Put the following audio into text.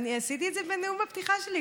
אני עשיתי את זה בנאום הפתיחה שלי,